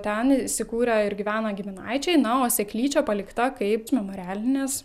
ten įsikūrę ir gyvena giminaičiai na o seklyčia palikta kaip memorialinis